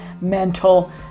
mental